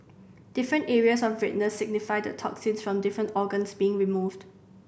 different areas of redness signify the toxins from different organs being removed